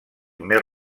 més